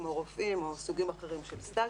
כמו רופאים או סוגים אחרים של סטאז'.